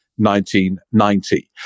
1990